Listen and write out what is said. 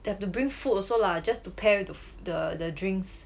they have to bring food also lah just to pair wi~ the the drinks